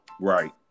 Right